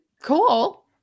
Cool